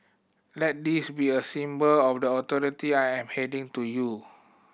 let this be a symbol of the authority I am handing to you